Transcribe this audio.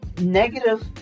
negative